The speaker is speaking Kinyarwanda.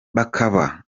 bakaba